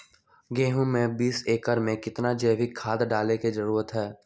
गेंहू में बीस एकर में कितना जैविक खाद डाले के जरूरत है?